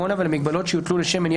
להגיש